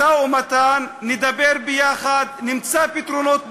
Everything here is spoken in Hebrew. משא-ומתן, נדבר ביחד, נמצא פתרונות ביחד,